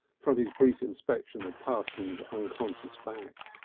from his brief inspection of parsons' unconscious back.